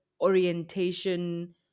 orientation